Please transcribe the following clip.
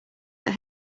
that